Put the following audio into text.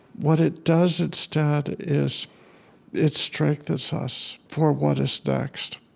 what it does instead is it strengthens us for what is next.